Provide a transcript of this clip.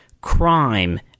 crime